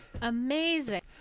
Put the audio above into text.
Amazing